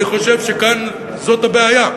אני חושב שכאן זאת הבעיה,